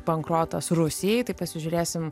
bankrotas rusijai tai pasižiūrėsim